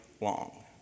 long